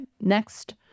Next